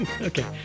Okay